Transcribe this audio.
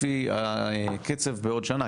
לפי הקצב בעוד שנה,